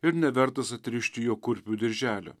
ir nevertas atrišti jo kurpių dirželio